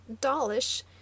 dollish